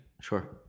sure